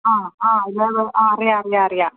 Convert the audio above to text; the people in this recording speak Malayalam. ആ ആ അറിയാമല്ലോ ആ അറിയാം അറിയാം അറിയാം